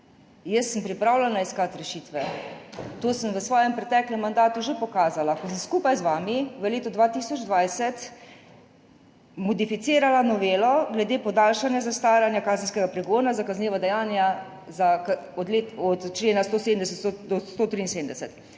Jaz sem pripravljena iskati rešitve, to sem v svojem preteklem mandatu že pokazala, ko sem skupaj z vami v letu 2020 modificirala novelo glede podaljšanja zastaranja kazenskega pregona za kazniva dejanja od člena 170 do